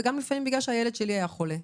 וגם לפעמים בגלל שהילד שלי היה חולה.